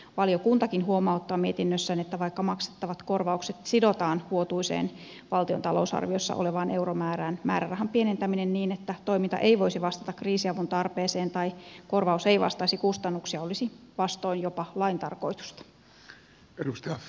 valiokuntakin huomauttaa mietinnössään että vaikka maksettavat korvaukset sidotaan vuotuiseen valtion talousarviossa olevaan euromäärään määrärahan pienentäminen niin että toiminta ei voisi vastata kriisiavun tarpeeseen tai korvaus ei vastaisi kustannuksia olisi vastoin jopa lain tarkoitusta